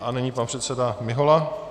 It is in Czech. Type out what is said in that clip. A nyní pan předseda Mihola.